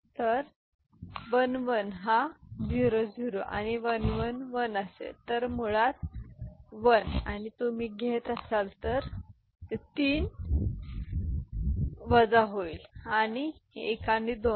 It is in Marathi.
तर १ १ हा ० ० आणि १ १ १ असेल तर मुळात १ आणि तुम्ही घेत असाल तर ते 3 min वजा होईल ते १ आणि १ २